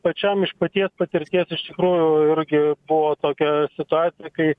pačiam iš paties patirties iš tikrųjų irgi buvo tokia situacija kai